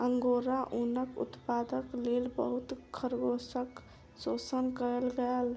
angora ऊनक उत्पादनक लेल बहुत खरगोशक शोषण कएल गेल